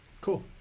Cool